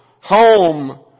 home